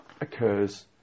occurs